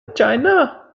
china